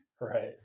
right